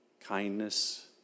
kindness